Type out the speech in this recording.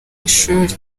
ishuri